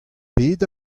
pet